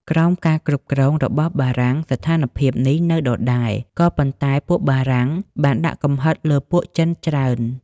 ក្រោមការគ្រប់គ្រងរបស់បារាំង ស្ថានភាពនេះនៅដដែល ក៏ប៉ុន្តែពួកបារាំងបានដាក់កំហិតលើពួកចិនច្រើន។